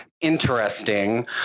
interesting